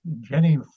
Jenny